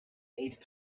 eight